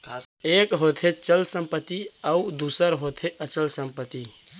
एक होथे चल संपत्ति अउ दूसर होथे अचल संपत्ति